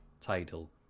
title